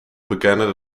bekennen